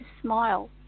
smile